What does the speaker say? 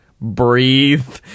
breathe